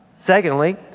Secondly